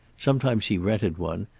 sometimes he rented one,